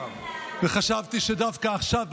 חשבתי שדווקא עכשיו,